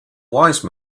wise